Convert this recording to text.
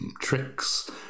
tricks